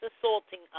assaulting